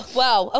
wow